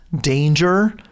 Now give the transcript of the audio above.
danger